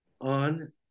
on